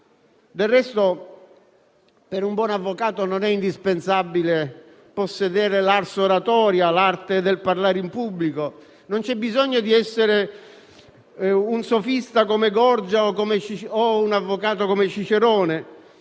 Del resto per un buon avvocato non è indispensabile possedere l'*ars oratoria*, l'arte di parlare in pubblico; non c'è bisogno di essere un sofista come Gorgia o un avvocato come Cicerone,